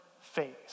phase